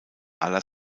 aller